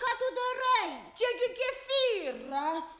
ką tu darai čiagi kefyras